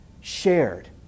shared